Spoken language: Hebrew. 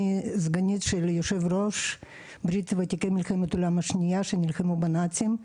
אני סגנית יו"ר ברית ותיקי מלחמת העולם השנייה שנלחמו בנאצים,